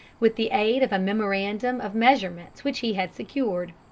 with the aid of a memorandum of measurements which he had secured.